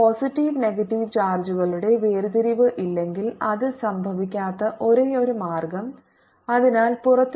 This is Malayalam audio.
പോസിറ്റീവ് നെഗറ്റീവ് ചാർജുകളുടെ വേർതിരിവ് ഇല്ലെങ്കിൽ അത് സംഭവിക്കാത്ത ഒരേയൊരു മാർഗ്ഗം അതിനാൽ പുറത്ത് സിഗ്മ 2 ഉം 0 ആണ്